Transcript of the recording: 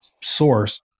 source